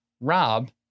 Rob